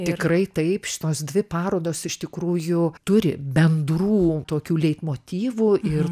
tikrai taip šitos dvi parodos iš tikrųjų turi bendrų tokių leitmotyvų ir